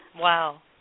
Wow